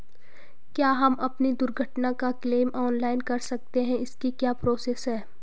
क्या हम अपनी दुर्घटना का क्लेम ऑनलाइन कर सकते हैं इसकी क्या प्रोसेस है?